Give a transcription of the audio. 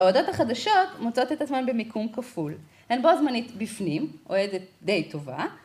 ‫האוהדות החדשות מוצאות את עצמן ‫במיקום כפול. ‫הן בו זמנית בפנים, ‫אוהדת די טובה.